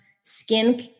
skin